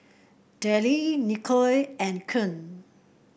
Delle Nicolle and Koen